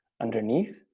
underneath